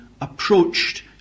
approached